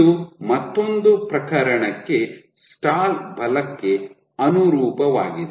ಇದು ಮತ್ತೊಂದು ಪ್ರಕರಣಕ್ಕೆ ಸ್ಟಾಲ್ ಬಲಕ್ಕೆ ಅನುರೂಪವಾಗಿದೆ